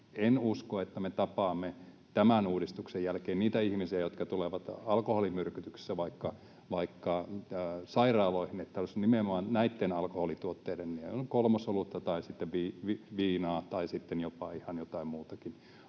en usko, että me tapaamme tämän uudistuksen jälkeen niitä ihmisiä, jotka tulevat alkoholimyrkytyksessä vaikka sairaaloihin, että se olisi nimenomaan näistä alkoholituotteista — he juovat kolmosolutta tai sitten viinaa tai sitten jopa ihan jotain muutakin